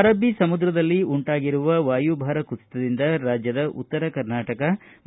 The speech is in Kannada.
ಅರಬ್ಬೀ ಸಮುದ್ರದಲ್ಲಿ ಉಂಟಾಗಿರುವ ವಾಯುಭಾರ ಕುಸಿತದಿಂದ ರಾಜ್ಯದ ಉತ್ತರ ಕರ್ನಾಟಕ